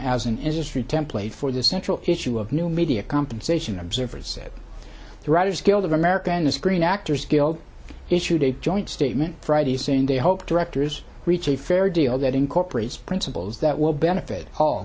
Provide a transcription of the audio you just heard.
as an industry template for the central issue of new media compensation observers that the writers guild of america and the screen actors guild issued a joint statement friday saying they hope directors reach a fair deal that incorporates principles that will benefit